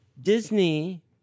Disney